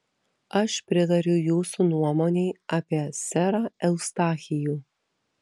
aš pritariu jūsų nuomonei apie serą eustachijų